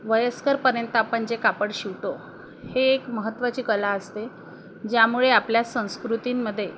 वयस्करपर्यंत आपण जे कापड शिवतो हे एक महत्त्वाची कला असते ज्यामुळे आपल्या संस्कृतींमध्ये